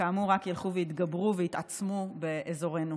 שכאמור רק ילכו ויתגברו ויתעצמו באזורנו.